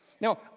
Now